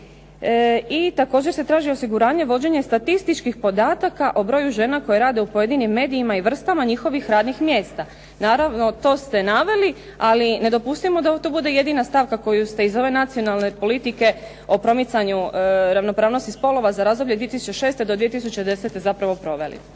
I također se traži osiguranje, vođenje statističkih podataka o broju žena koje rade u pojedinim medijima i vrstama njihovih radnih mjesta. Naravno to ste naveli, ali ne dopustimo da ovo tu bude jedina stavka koju ste iz ove nacionalne politike o promicanju ravnopravnosti spolova za razdoblje 2006. do 2010. zapravo proveli.